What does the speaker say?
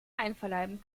einverleiben